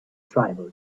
tribal